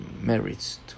merits